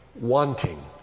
Wanting